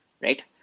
right